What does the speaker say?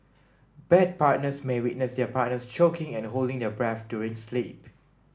bed partners may witness their partners choking and holding their breath during sleep